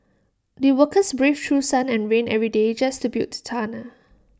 the workers braved through sun and rain every day just to build the tunnel